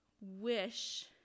wish